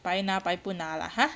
白拿白不拿啦 !huh!